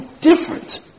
different